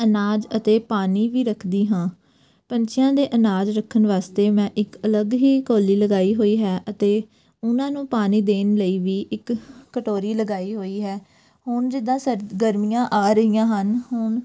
ਅਨਾਜ ਅਤੇ ਪਾਣੀ ਵੀ ਰੱਖਦੀ ਹਾਂ ਪੰਛੀਆਂ ਦੇ ਅਨਾਜ ਰੱਖਣ ਵਾਸਤੇ ਮੈਂ ਇੱਕ ਅਲੱਗ ਹੀ ਕੌਲੀ ਲਗਾਈ ਹੋਈ ਹੈ ਅਤੇ ਉਹਨਾਂ ਨੂੰ ਪਾਣੀ ਦੇਣ ਲਈ ਵੀ ਇੱਕ ਕਟੋਰੀ ਲਗਾਈ ਹੋਈ ਹੈ ਹੁਣ ਜਿੱਦਾਂ ਸਰ ਗਰਮੀਆਂ ਆ ਰਹੀਆਂ ਹਨ ਹੁਣ